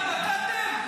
--- נתתם?